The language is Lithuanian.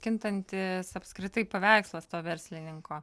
kintantis apskritai paveikslas to verslininko